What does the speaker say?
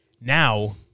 now